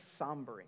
sombering